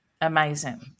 Amazing